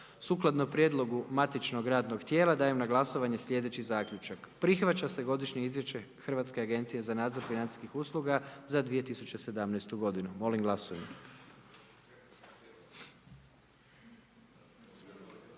Sukladno prijedlogu matičnog radnog tijela, dajem na glasovanje slijedeći zaključak. Prihvaća se Godišnje izvješće Hrvatske agencije za nadzor financijskih usluga za 2017. g., molim glasujmo.